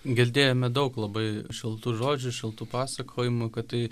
girdėjome daug labai šiltų žodžių šiltų pasakojimų kad tai